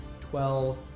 twelve